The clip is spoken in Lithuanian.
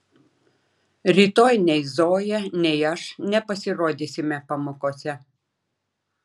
rytoj nei zoja nei aš nepasirodysime pamokose